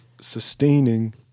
sustaining